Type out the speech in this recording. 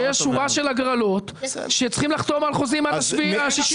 שיש שורה של הגרלות שצריכים לחתום על חוזים עד ה-6.7.